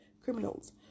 criminals